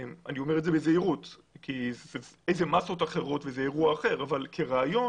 אני אומר את זה בזהירות כי זה מסות אחרות וזה אירוע אחר אבל כרעיון,